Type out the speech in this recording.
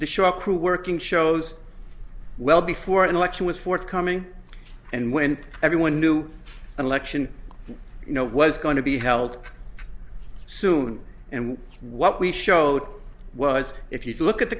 the show crew working shows well before an election was forthcoming and when everyone knew an election you know was going to be held soon and what we showed was if you look at the